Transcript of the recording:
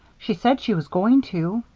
she said she was going to.